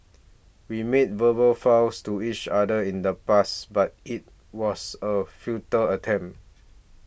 we made verbal vows to each other in the past but it was a futile attempt